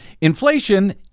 inflation